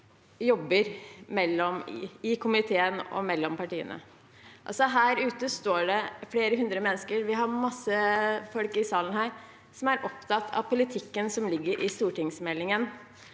jobber i komiteen og mellom partiene. Utenfor står det flere hundre mennesker, vi har masse folk i salen som er opptatt av politikken som ligger i stortingsmeldingen,